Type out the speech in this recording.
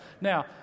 Now